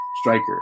striker